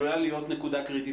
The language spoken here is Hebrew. נקודה קריטית.